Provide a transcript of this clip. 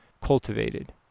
cultivated